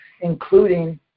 including